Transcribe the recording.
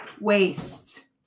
waste